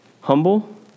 humble